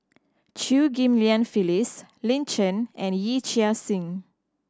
Chew Ghim Lian Phyllis Lin Chen and Yee Chia Hsing